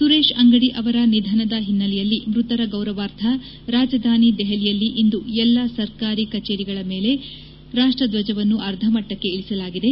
ಸುರೇಶ್ ಅಂಗದಿ ಅವರ ನಿಧನದ ಹಿನ್ನೆಲೆಯಲ್ಲಿ ಮೃತರ ಗೌರವಾರ್ಥ ರಾಜಧಾನಿ ದೆಹಲಿಯಲ್ಲಿ ಇಂದು ಎಲ್ಲ ಸರ್ಕಾರಿ ಕಚೇರಿಗಳ ಮೇಲೆ ರಾಷ್ಟ್ಧ್ವಜವನ್ನು ಅರ್ಧಮಟ್ಟಕ್ಕೆ ಇಳಿಸಲಾಗಿದೆ